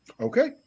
Okay